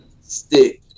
stick